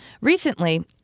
Recently